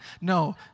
No